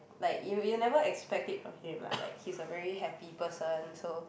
like you you'll never expect it from him lah like he's a very happy person so